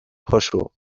پاشو